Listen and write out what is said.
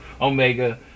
omega